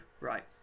right